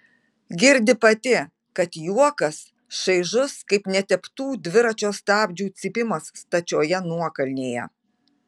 girdi pati kad juokas šaižus kaip neteptų dviračio stabdžių cypimas stačioje nuokalnėje